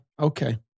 okay